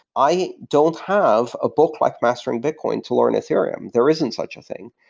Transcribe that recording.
i don't have a book like mastering bitcoin to learn ethereum. there isn't such a thing.